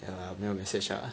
ya lah 我没有 message lah